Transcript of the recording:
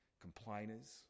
complainers